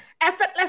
Effortless